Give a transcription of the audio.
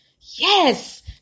Yes